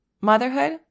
motherhood